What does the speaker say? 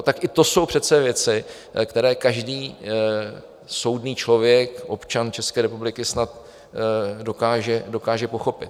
Tak to jsou přece věci, které každý soudný člověk, občan České republiky, snad dokáže pochopit.